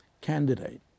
candidate